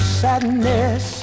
sadness